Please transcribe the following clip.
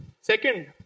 Second